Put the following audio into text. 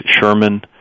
Sherman